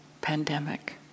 pandemic